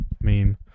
meme